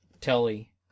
Telly